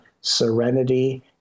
serenity